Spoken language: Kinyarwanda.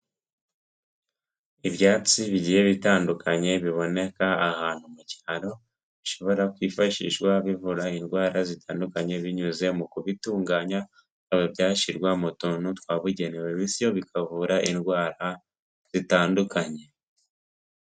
Ibyatsi bigiye bitandukanye biboneka ahantu mu cyaro bishobora kwifashishwa bivura indwara zitandukanye binyuze mu kubitunganya bikaba byashyirwa mu tuntu twabugenewe bityo bikavura indwara zitandukanye.